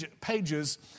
pages